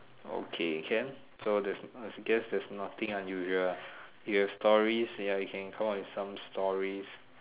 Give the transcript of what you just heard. okay can so there's I guess there's nothing unusual ah you have stories ya you can call and some stories